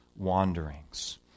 wanderings